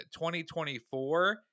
2024